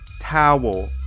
Towel